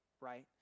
right